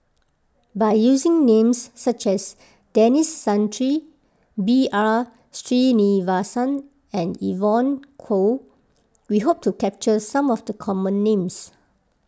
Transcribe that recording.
by using names such as Denis Santry B R Sreenivasan and Evon Kow we hope to capture some of the common names